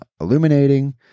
illuminating